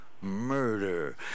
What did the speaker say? murder